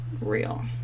Real